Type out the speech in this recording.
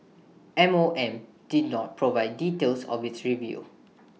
M O M did not provide details of its review